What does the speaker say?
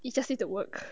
it just need to work